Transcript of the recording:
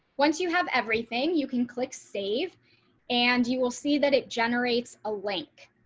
once you have everything you can click save and you will see that it generates a link,